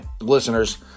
listeners